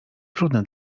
trudne